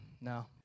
No